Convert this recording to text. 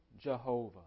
Jehovah